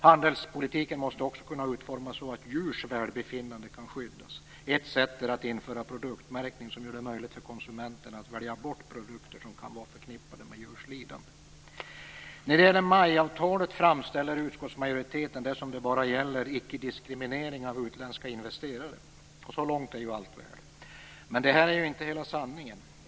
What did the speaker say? Handelspolitiken måste också kunna utformas så att djurs välbefinnande kan skyddas. Ett sätt är att införa produktmärkning som gör det möjligt för konsumenterna att välja bort produkter som kan vara förknippade med djurs lidande. När det gäller MAI-avtalet framställer utskottsmajoriteten det som om det bara gäller ickediskriminering av utländska investerare. Så långt är allt väl. Men det är ju inte hela sanningen.